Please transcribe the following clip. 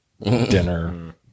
dinner